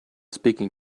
speaking